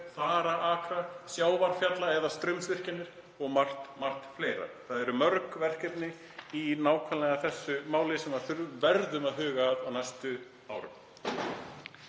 þaraakra, sjávarfalla- eða straumvirkjanir og margt fleira. Það eru mörg verkefni í nákvæmlega þessu máli sem við verðum að huga að á næstu árum.